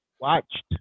watched